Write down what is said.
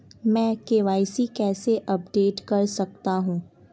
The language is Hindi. मैं के.वाई.सी कैसे अपडेट कर सकता हूं?